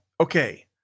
Okay